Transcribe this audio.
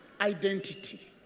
identity